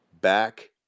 Back